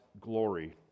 glory